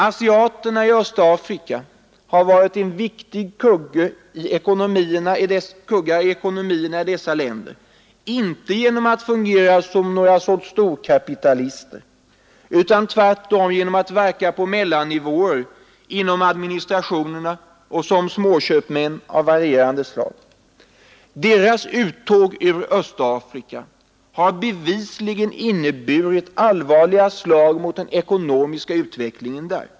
Asiaterna i Östafrika har varit en viktig kugge i ekonomierna i dessa länder, inte genom att fungera som några sorts storkapitalister, utan tvärtom genom att verka på mellannivåer inom administrationerna och som små köpmän av varierande slag. Deras uttåg från Östafrika har bevisligen inneburit allvarliga slag mot den ekonomiska utvecklingen där.